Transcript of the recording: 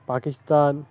Pakistan